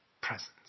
presence